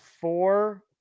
four